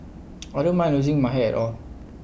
I don't mind losing my hair at all